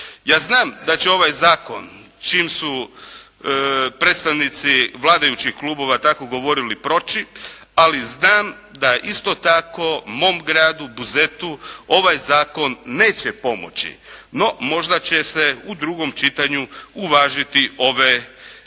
Ja znam da će ovaj zakon čim su predstavnici vladajućih klubova tako govorili proći, ali znam da isto tako mom gradu Buzetu, ovaj zakon neće pomoći. No možda će se u drugom čitanju uvažiti ove